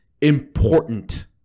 important